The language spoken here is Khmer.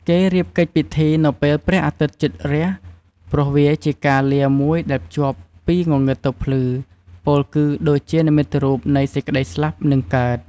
គេរៀបកិច្ចពិធីនៅពេលព្រះអាទិត្យជិតរះ ព្រោះវាជាការលាមួយដែលភ្ជាប់ពីងងឹតទៅភ្លឺ ពោលគឺដូចជានិមិត្តរូបនៃ សេចក្តីស្លាប់ និងកើត។